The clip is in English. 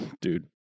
Dude